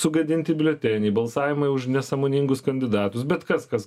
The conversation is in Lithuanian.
sugadinti biuleteniai balsavimai už nesąmoningus kandidatus bet kas kas